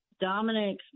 Dominic